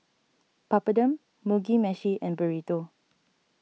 Papadum Mugi Meshi and Burrito